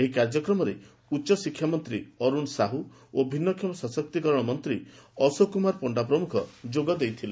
ଏହି କାର୍ଯ୍ୟକ୍ରମରେ ଉଚ୍ଚଶିକ୍ଷା ମନ୍ତୀ ଅରୁଣ ସାହୁ ଓ ଭିନୃଷମ ସଶକ୍ତୀକରଣ ମନ୍ତୀ ଅଶୋକ କୁମାର ପଶ୍ତା ପ୍ରମୁଖ ଯୋଗ ଦେଇଥିଲେ